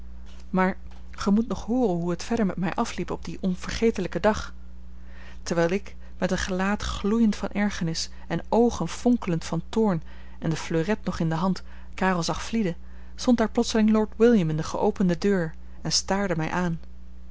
maar gij moet nog hooren hoe het verder met mij afliep op dien onvergetelijken dag terwijl ik met een gelaat gloeiend van ergernis en oogen fonkelend van toorn en de fleuret nog in de hand karel zag vlieden stond daar plotseling lord william in de geopende deur en staarde mij aan